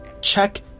Check